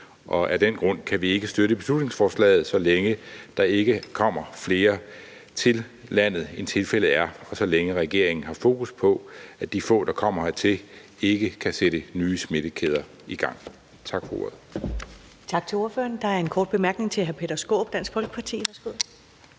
Og af den grund kan vi ikke støtte beslutningsforslaget, så længe der ikke kommer flere til landet, end tilfældet er, og så længe regeringen har fokus på, at de få, der kommer hertil, ikke kan sætte nye smittekæder i gang. Tak for ordet.